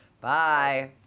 Bye